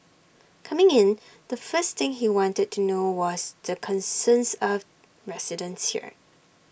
coming in the first thing he wanted to know was the concerns of residents here